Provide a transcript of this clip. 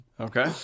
Okay